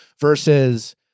Versus